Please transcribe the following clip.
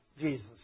Jesus